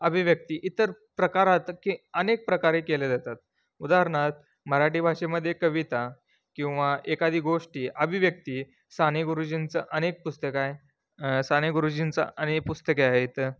अभिव्यक्ती इतर प्रकारात की अनेक प्रकारे केल्या जातात उदाहरणार्थ मराठी भाषेमध्ये कविता किंवा एखादी गोष्टी अभिव्यक्ती साने गुरुजींची अनेक पुस्तकं आहे साने गुरुजींची अनेक पुस्तके आहेत